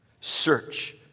Search